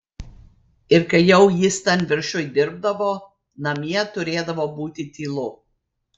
ir kai jau jis ten viršuj dirbdavo namie turėdavo būti tylu